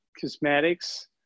cosmetics